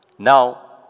Now